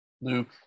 Luke